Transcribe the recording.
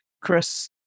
Chris